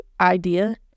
idea